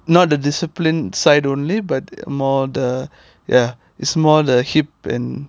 not the discipline side only but more the ya it's more the hip and